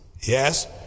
Yes